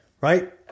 Right